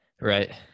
Right